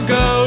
go